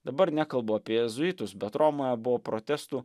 dabar nekalbu apie jėzuitus bet romoje buvo protestų